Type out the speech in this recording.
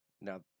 Now